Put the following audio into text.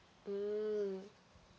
mm